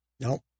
Nope